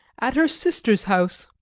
at her sister's house,